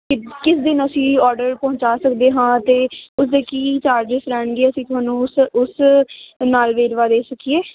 ਕਿਸ ਦਿਨ ਅਸੀਂ ਆਰਡਰ ਪਹੁੰਚਾ ਸਕਦੇ ਹਾਂ ਅਤੇ ਉਸਦੇ ਕੀ ਚਾਰਜਸ ਰਹਿਣਗੇ ਅਸੀਂ ਤੁਹਾਨੂੰ ਉਸ ਉਸ ਬਾਰੇ ਸਿੱਖੀਏ